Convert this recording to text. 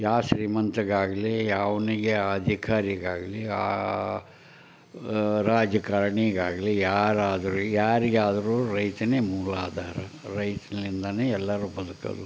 ಯಾವ ಶ್ರೀಮಂತಗಾಗಲಿ ಯಾವನಿಗೆ ಅಧಿಕಾರಿಗಾಗಲಿ ಆ ರಾಜಕಾರಣಿಗಾಗ್ಲಿ ಯಾರಾದ್ರೂ ಯಾರಿಗಾದ್ರೂ ರೈತನೇ ಮೂಲಾಧಾರ ರೈತ್ನಿಂದನೇ ಎಲ್ಲರೂ ಬದುಕೋದು